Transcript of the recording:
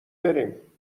بریم